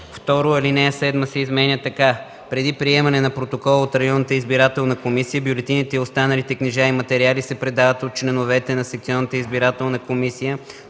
7.” 2. Алинея 7 се изменя така: „(7) Преди приемане на протокола от районната избирателна комисия бюлетините и останалите книжа и материали се предават от членовете на секционната избирателна комисия